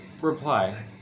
reply